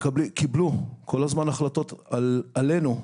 קיבלו כל הזמן החלטות עלינו,